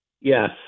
Yes